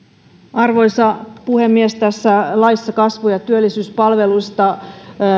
arvoisa puhemies tässä laissa kasvu ja työllisyyspalveluista